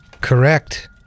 Correct